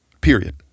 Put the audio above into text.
period